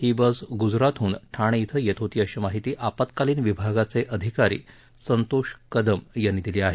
ही bus गुजरातमधून ठाणे इथं येत होती अशी माहिती आपत्कालीन विभागाचे अधिकारी संतोष कदम यांनी दिली आहे